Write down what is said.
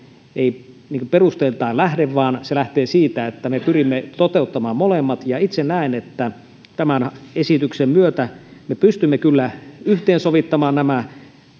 ei perusteiltaan lähde vaan se lähtee siitä että me pyrimme toteuttamaan molemmat itse näen että tämän esityksen myötä me pystymme kyllä yhteensovittamaan nämä